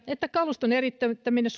että kaluston eriyttäminen